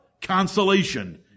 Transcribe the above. consolation